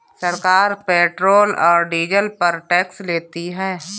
सरकार पेट्रोल और डीजल पर टैक्स लेती है